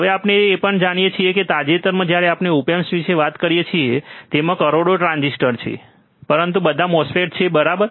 હવે આપણે એ પણ જાણીએ છીએ કે તાજેતરમાં જ્યારે આપણે ઓપ એમ્પ વિશે વાત કરીએ છીએ તેમાં કરોડો ટ્રાંઝિસ્ટર છે પરંતુ બધા MOSFETs છે બરાબર